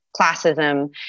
classism